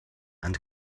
and